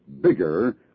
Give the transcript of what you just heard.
bigger